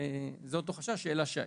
זה אותו חשש שהעלה שי.